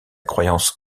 croyance